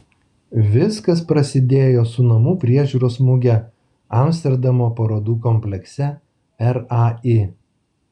viskas prasidėjo su namų priežiūros muge amsterdamo parodų komplekse rai